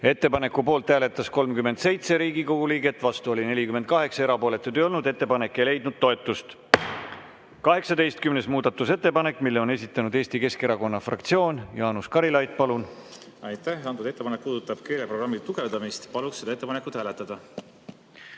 Ettepaneku poolt hääletas 37 Riigikogu liiget, vastu oli 48, erapooletuid ei olnud. Ettepanek ei leidnud toetust. 18. muudatusettepanek. Selle on esitanud Eesti Keskerakonna fraktsioon. Jaanus Karilaid, palun! Aitäh! Antud ettepanek puudutab keeleprogrammi tugevdamist. Palun seda ettepanekut hääletada.